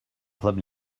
club